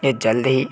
यह जल्द ही